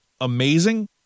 amazing